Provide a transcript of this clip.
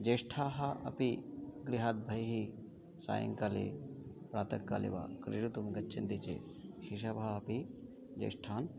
ज्येष्ठाः अपि गृहात् बहिः सायङ्काले प्रातःकाले वा क्रीडितुं गच्छन्ति चेत् शिशवः अपि ज्येष्ठान्